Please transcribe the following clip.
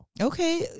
Okay